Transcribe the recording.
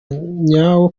nyawo